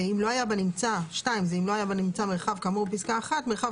לא היה בנמצא מרחב כאמור בפסקה (1) מרחב